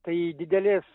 tai didelės